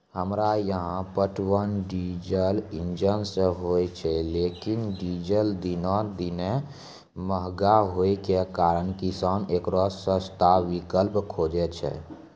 हमरा यहाँ पटवन डीजल इंजन से होय छैय लेकिन डीजल दिनों दिन महंगा होय के कारण किसान एकरो सस्ता विकल्प खोजे छैय?